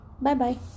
Bye-bye